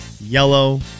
yellow